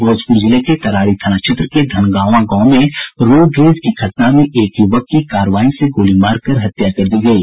भोजप्र जिले के तरारी थाना क्षेत्र के धनगांवा गांव में रोडरेज की घटना में एक युवक की कार्बाइन से गोली मारकर हत्या कर दी गयी